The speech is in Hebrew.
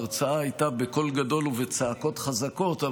ההרצאה הייתה בקול גדול ובצעקות חזקות,